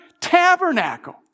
tabernacle